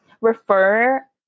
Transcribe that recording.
refer